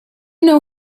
know